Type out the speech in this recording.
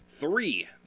Three